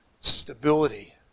Stability